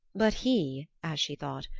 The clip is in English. but he, as she thought,